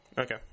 okay